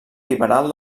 liberal